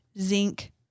zinc